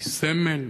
ו"סטרומה" היא סמל,